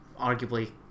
arguably